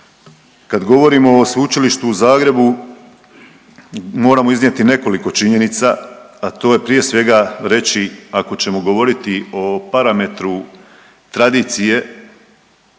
Kad govorimo o Sveučilištu u Zagrebu moramo iznijeti nekoliko činjenica, a to je prije svega reći ako ćemo govoriti i parametru tradicije,